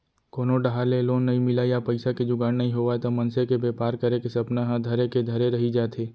कोनो डाहर ले लोन नइ मिलय या पइसा के जुगाड़ नइ होवय त मनसे के बेपार करे के सपना ह धरे के धरे रही जाथे